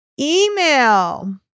email